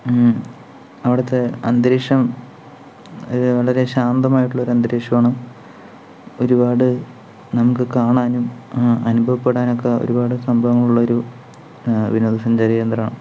അവിടുത്തെ അന്തരീക്ഷം വളരെ ശാന്തമായിട്ടുള്ളൊരു അന്തരീക്ഷമാണ് ഒരുപാട് നമുക്ക് കാണാനും അനുഭവപ്പെടാനൊക്കെ ഒരുപാട് സംഭവങ്ങളുള്ളൊരു വിനോദസഞ്ചാര കേന്ദ്ര